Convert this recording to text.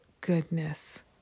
goodness